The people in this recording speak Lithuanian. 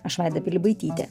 aš vaida pilibaitytė